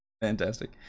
fantastic